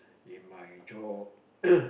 in my job